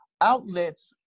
outlets